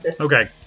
Okay